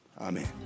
Amen